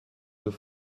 deux